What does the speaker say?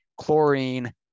chlorine